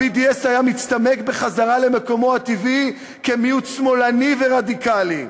ה-BDS היה מצטמק בחזרה למקומות הטבעי כמיעוט שמאלני ורדיקלי.